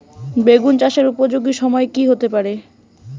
বেগুন চাষের উপযোগী সময় কি হতে পারে?